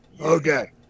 Okay